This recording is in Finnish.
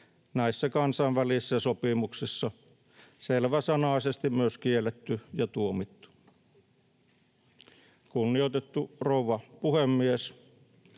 näissä kansainvälisissä sopimuksissa selväsanaisesti myös kielletty ja tuomittu. Kunnioitettu rouva puhemies!